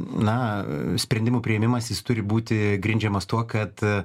na sprendimų priėmimas jis turi būti grindžiamas tuo kad